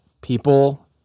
people